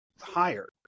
higher